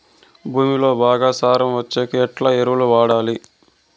భూమిలో బాగా సారం వచ్చేకి ఎట్లా ఎరువులు వాడాలి?